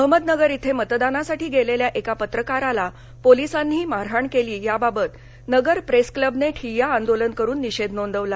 अहमदनगर इथं मतदानासाठी गेलेल्या एका पत्रकाराला पोलिसांनी मारहाण केली याबाबत नगर प्रेसक्लबने ठिय्या आंदोलन करून निषेध नोंदविला